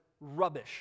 rubbish